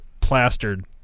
plastered